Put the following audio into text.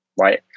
right